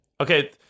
Okay